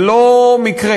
זה לא מקרה,